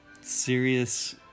serious